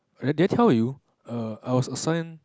I did I tell you err I was assigned